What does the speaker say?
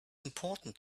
important